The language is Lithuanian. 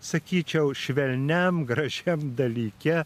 sakyčiau švelniam gražiam dalyke